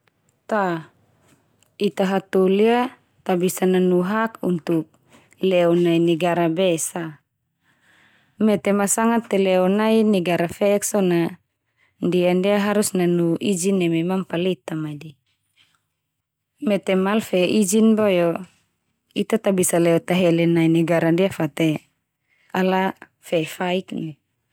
Ta ita hatoli ia ta bisa nanu hak untuk leo nai negara be sa. Mete ma sanga teu leo nai negara fe'ek so na, ndia-ndia harus nanu ijin neme mampaleta mai de. Mete ma al fe ijin boe o, ita ta bisa leo tahele nai negara ndia fa te ala fe faik ndia.